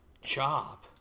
Job